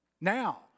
Now